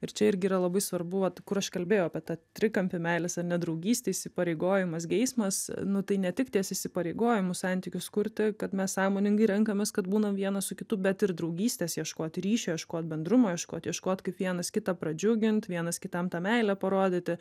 ir čia irgi yra labai svarbu vat kur aš kalbėjau apie tą trikampį meilės ar ne draugystė įsipareigojimas geismas nu tai ne tik ties įsipareigojimu santykius kurti kad mes sąmoningai renkamės kad būnam vienas su kitu bet ir draugystės ieškot ryšio ieškot bendrumo ieškot ieškot kaip vienas kitą pradžiugint vienas kitam tą meilę parodyti